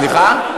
סליחה?